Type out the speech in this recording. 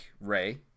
Ray